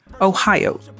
Ohio